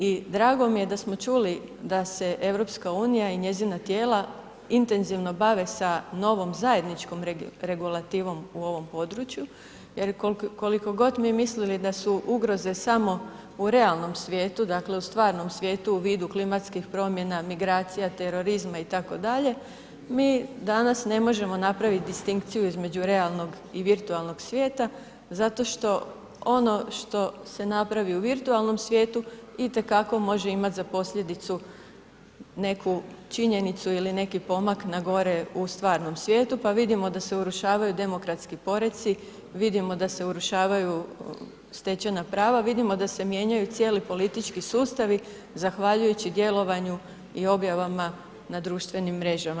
I drago mi je da smo čuli da se EU i njezina tijela intenzivno bave s novom zajedničkom regulativom u ovom području jer koliko god mi mislili da su ugroze samo u realnom svijetu, dakle u stvarnom svijetu, u vidu klimatskih promjena, migracija, terorizma, itd., mi danas ne možemo napraviti distinkciju između realnog i virtualnog svijeta zato što ono što se napravi u virtualnom svijetu itekako može imati za posljedicu neku činjenicu ili neki pomak na gore u stvarnom svijetu pa vidimo da se urušavaju demokratski poreci, vidimo da se urušavaju stečena prava, vidimo da se mijenjaju cijeli politički sustavi zahvaljujući djelovanju i objavama na društvenim mrežama.